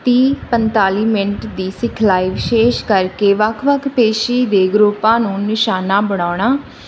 ਤੀਹ ਪੰਤਾਲੀ ਮਿੰਟ ਦੀ ਸਿਖਲਾਈ ਵਿਸ਼ੇਸ਼ ਕਰਕੇ ਵੱਖ ਵੱਖ ਪੇਸ਼ੀ ਦੇ ਗਰੁੱਪਾਂ ਨੂੰ ਨਿਸ਼ਾਨਾ ਬਣਾਉਣਾ